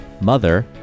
mother